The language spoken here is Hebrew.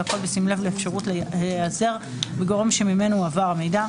והכל בשים לב לאפשרות להיעזר בגורם שממנו הועבר המידע,